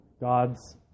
God's